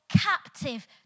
captive